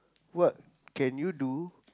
what can you do